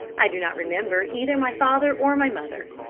i do not remember either my father or my mother.